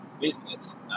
business